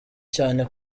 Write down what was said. cyane